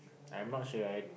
I'm not sure I